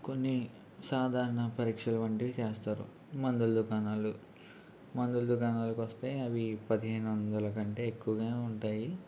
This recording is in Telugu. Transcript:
కొన్ని సాధారణ పరీక్షలు వంటివి చేస్తారు మందుల దుకాణాలు మందుల దుకాణాలకు వస్తే అవి పదిహేను వందలకంటే ఎక్కువగా ఉంటాయి